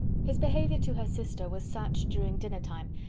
his behaviour to her sister was such, during dinner time,